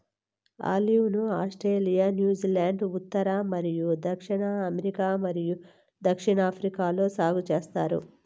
olive ను Australia, New Zealand, ఉత్తర మరియు దక్షిణ అమెరికా మరియు దక్షిణాఫ్రికాలో సాగు చేస్తారు